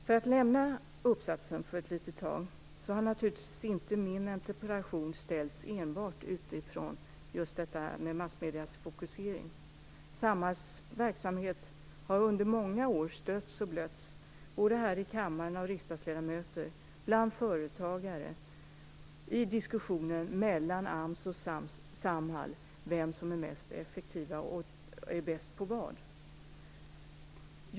För att lämna uppsatsen ett litet tag vill jag säga att min interpellation naturligtvis inte har ställts enbart utifrån massmediernas fokusering. Samhalls verksamhet har under många år stötts och blötts, här i kammaren av riksdagsledamöter, bland företagare och i diskussioner mellan AMS och Samhall om vem som är mest effektiv och om vem som är bäst på vad.